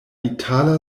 itala